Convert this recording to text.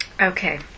Okay